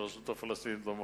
והרשות הפלסטינית לא מוכנה.